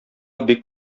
бик